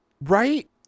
Right